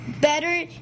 better